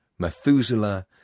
Methuselah